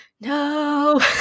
no